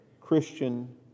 Christian